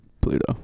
Pluto